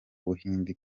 buhindi